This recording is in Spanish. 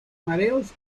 mareos